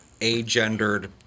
agendered